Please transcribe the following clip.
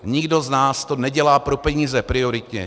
Nikdo z nás to nedělá pro peníze prioritně.